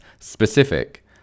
specific